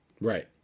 Right